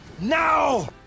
Now